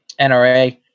NRA